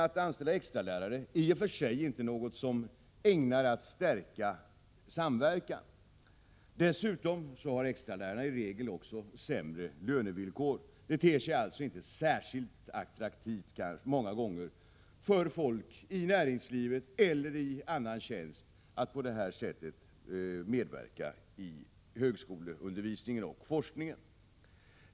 Att anställa extralärare är i och för sig inte någonting som är ägnat att stärka samverkan. Dessutom har extralärare i regel också sämre lönevillkor än andra. Det ter sig således inte särskilt attraktivt för folk i näringslivet eller i annan tjänst att på detta sätt medverka i högskoleundervisning och forskning.